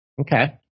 Okay